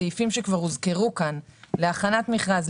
האם הסעיפים שכבר הוזכרו כאן להכנת מכרז,